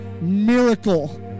miracle